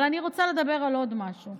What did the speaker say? אבל אני רוצה לדבר על עוד משהו,